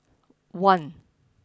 one